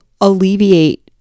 alleviate